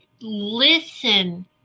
listen